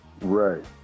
right